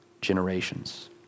generations